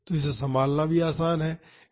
तो इसे संभालना आसान है